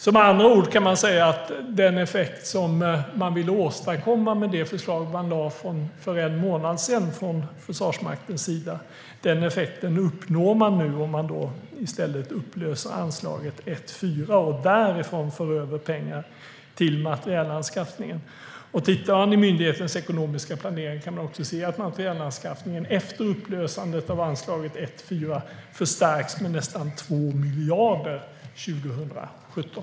Med andra ord kan det sägas att den effekt man ville åstadkomma med det förslag som man lade fram från Försvarsmaktens sida för en månad sedan nu uppnås om man i stället upplöser anslag 1:4 och för över pengar därifrån till materielanskaffningen. I myndighetens ekonomiska planering kan vi se att materielanskaffningen efter upplösandet av anslag 1:4 förstärks med nästan 2 miljarder 2017.